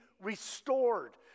restored